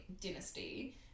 dynasty